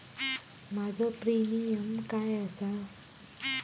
माझो प्रीमियम काय आसा?